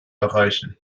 erreichen